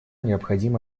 необходимо